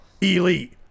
elite